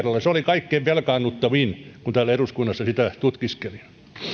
viime kerralla se oli kaikkein velkaannuttavin kun täällä eduskunnassa sitä tutkiskelin